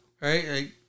Right